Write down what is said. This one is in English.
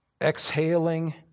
Exhaling